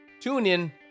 TuneIn